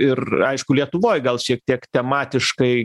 ir aišku lietuvoj gal šiek tiek tematiškai